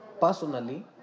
personally